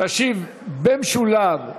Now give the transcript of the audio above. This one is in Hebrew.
תשיב, במשולב,